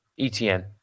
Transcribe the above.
ETN